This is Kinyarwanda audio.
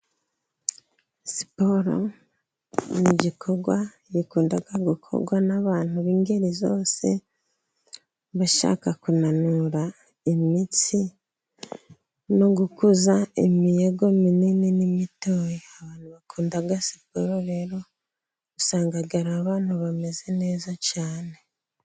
Siporo ni igikorwa gikunda gukorwa n'abantu b'ingeri zose , bashaka kunanura imitsi no gukuza imiyego minini n'imitoya, abantu bakunda siporo rero usanga abantu bameze neza cyane.